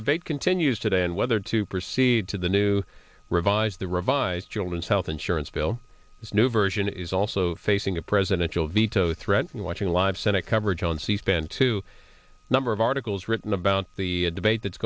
debate continues today on whether to proceed to the new revised the revised children's health insurance bill this new version is also facing a presidential veto threat and watching live senate coverage on c span two number of articles written about the debate that's